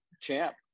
champ